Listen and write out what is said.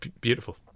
beautiful